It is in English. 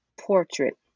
portrait